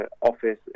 office